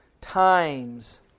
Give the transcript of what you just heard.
times